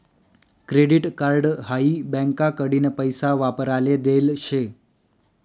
credit card हाई बँकाकडीन पैसा वापराले देल शे